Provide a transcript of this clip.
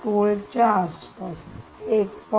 8 volt च्या आसपास 1